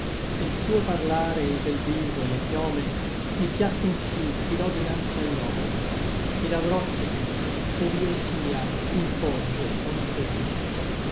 e l suo parlare e l bel viso et le chiome mi piacquen sí ch'i l'ò dinanzi agli occhi ed avrò sempre ov'io sia in poggio o n riva